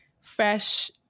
fresh